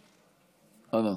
אנא.